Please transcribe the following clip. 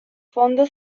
fondo